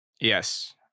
Yes